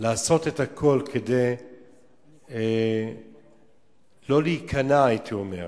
לעשות את הכול כדי לא להיכנע, הייתי אומר,